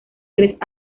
tres